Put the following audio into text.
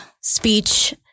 speech